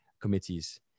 Committees